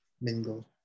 mingle